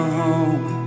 home